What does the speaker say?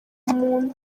muntu